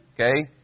okay